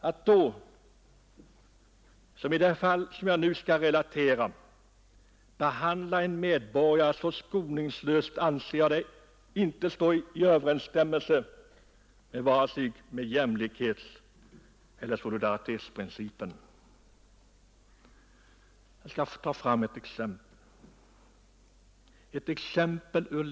Att då behandla en medborgare så skoningslöst som i det fall ur levande livet som jag nu skall relatera anser jag inte står i överensstämmelse med vare sig jämlikhetseller solidaritetsprincipen.